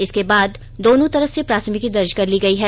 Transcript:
इसके बाद दोनों तरफ से प्राथमिकी दर्ज कर ली गई है